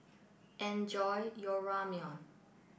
enjoy your Ramyeon